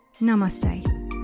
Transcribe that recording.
Namaste